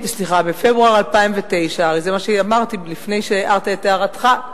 הרי זה מה שאמרתי לפני שהערת את הערתך,